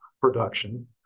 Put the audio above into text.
production